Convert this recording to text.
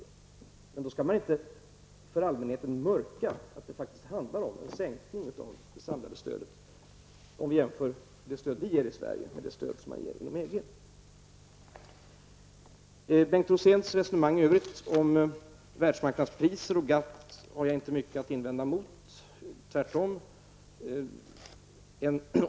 Men man skall inte för allmänheten ''mörka'' att det faktiskt blir en sänkning av det samlade stödet i förhållande till det som vi ger i Bengt Roséns resonemang i övrigt om världsmarknadspriser och GATT har jag inte mycket att invända mot, tvärtom.